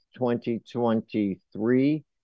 2023